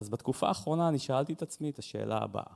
אז בתקופה האחרונה, אני שאלתי את עצמי את השאלה הבאה.